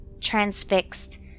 transfixed